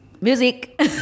Music